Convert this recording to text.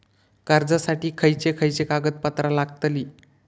कर्जासाठी खयचे खयचे कागदपत्रा लागतली?